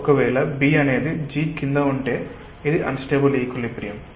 ఒక వేళ B అనేది G క్రింద ఉంటే ఇది అన్స్టెబుల్ ఈక్విలిబ్రియమ్